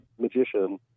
magician